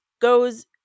goes